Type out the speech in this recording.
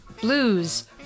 blues